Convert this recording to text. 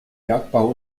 bergbau